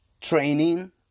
training